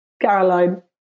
Caroline